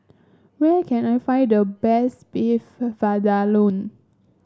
where can I find the best Beef Vindaloo